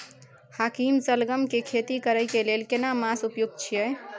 हाकीम सलगम के खेती करय के लेल केना मास उपयुक्त छियै?